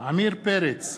עמיר פרץ,